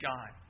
God